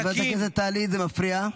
חברת הכנסת טלי, זה מפריע.